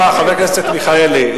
חבר הכנסת מיכאלי,